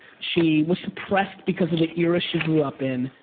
she was suppressed because of the era she grew up in.